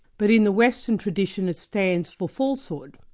but in the western tradition it stands for falsehood,